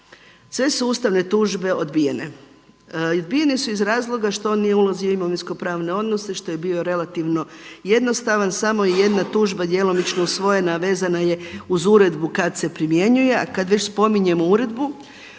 Sve su ustavne tužbe odbijene. Odbijene su iz razloga što on nije ulazio u imovinskopravne odnose, što je bio relativno jednostavan, samo je jedna tužba djelomično usvojena, a vezana je uz uredbu kada se primjenjuje. A kada već spominjemo uredbu,